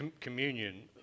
communion